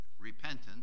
repentance